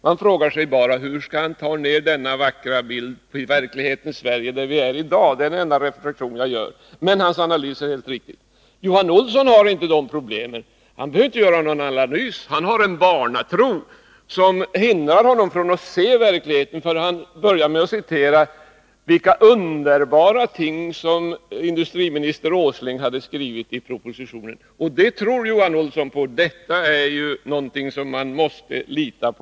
Man frågar sig bara hur han skall ta ner denna vackra bild till verklighetens Sverige där vi är i dag — det är den enda reflexion jag gör. Johan Olsson har inte de problemen. Han behöver inte göra någon analys. Han har en barnatro som hindrar honom från att se verkligheten. Han började med att citera de underbara ting industriminister Åsling hade skrivit i propositionen. Och det tror Johan Olsson på — detta är ju någonting som man måste lita på.